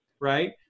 Right